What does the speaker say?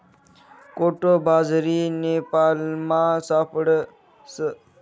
कोडो बाजरी नेपालमा सापडस